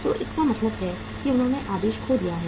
तो इसका मतलब है कि उन्होंने आदेश खो दिया है